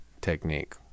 technique